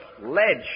ledge